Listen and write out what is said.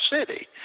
City